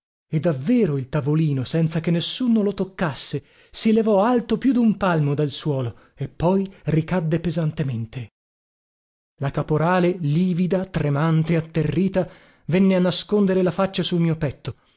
e davvero il tavolino senza che nessuno lo toccasse si levò alto più dun palmo dal suolo e poi ricadde pesantemente la caporale livida tremante atterrita venne a nascondere la faccia sul mio petto